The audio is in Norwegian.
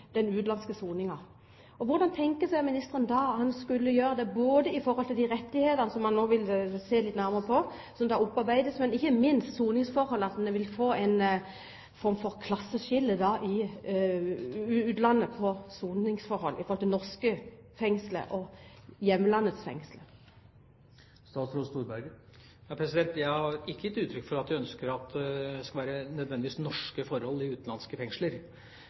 Hvordan tenker ministeren seg at han skal oppnå det, både når det gjelder de rettighetene som opparbeides – som han nå vil se litt nærmere på – og, ikke minst, når det gjelder soningsforholdene? Vil en i hjemlandets fengsler få en form for klasseskille i forhold til norske fengsler? Jeg har ikke gitt uttrykk for at det nødvendigvis må være norske forhold i utenlandske fengsler.